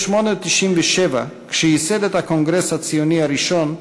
ב-1897, כשייסד את הקונגרס הציוני הראשון,